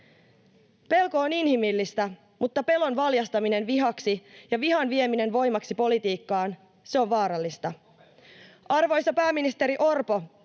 Pelko on inhimillistä, mutta pelon valjastaminen vihaksi ja vihan vieminen voimaksi politiikkaan on vaarallista. Arvoisa pääministeri Orpo,